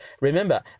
Remember